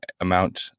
amount